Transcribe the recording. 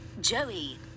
Joey